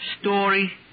story